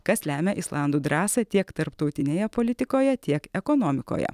kas lemia islandų drąsą tiek tarptautinėje politikoje tiek ekonomikoje